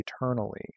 eternally